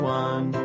one